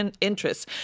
interests